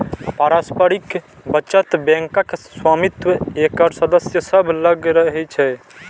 पारस्परिक बचत बैंकक स्वामित्व एकर सदस्य सभ लग रहै छै